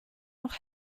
noch